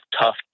tough